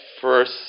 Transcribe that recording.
first